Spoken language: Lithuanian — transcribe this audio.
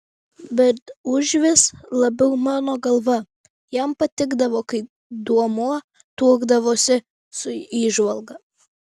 bet užvis labiau mano galva jam patikdavo kai duomuo tuokdavosi su įžvalga